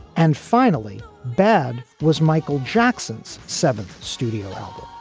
and finally, bad was michael jackson's seventh studio